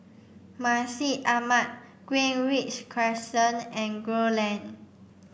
Masjid Ahmad Greenridge Crescent and Gul Lane